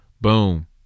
boom